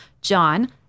John